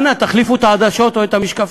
אנא החליפו את העדשות או את המשקפיים.